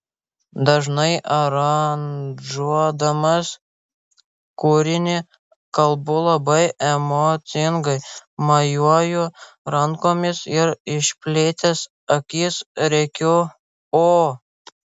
dažnai aranžuodamas kūrinį kalbu labai emocingai mojuoju rankomis ir išplėtęs akis rėkiu o